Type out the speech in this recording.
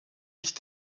nicht